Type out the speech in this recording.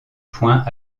points